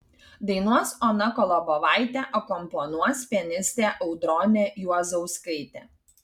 dainuos ona kolobovaitė akompanuos pianistė audronė juozauskaitė